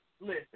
listen